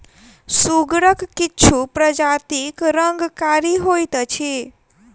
सुगरक किछु प्रजातिक रंग कारी होइत अछि